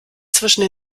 zwischen